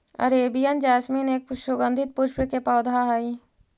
Arabian jasmine एक सुगंधित पुष्प के पौधा हई